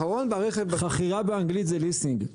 חכירה באנגלית זה ליסינג.